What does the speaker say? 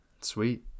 sweet